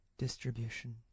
distribution